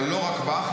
אבל לא רק בך,